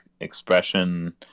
expression